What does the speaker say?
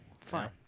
Fine